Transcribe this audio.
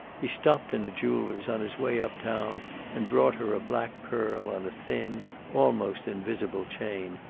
he stopped in a jeweler's on his way up-town and brought her a black pearl on a thin almost invisible chain,